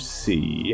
see